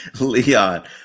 Leon